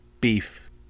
beef